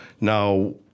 Now